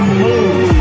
move